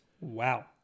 Wow